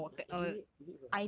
ya engineering need physics [what]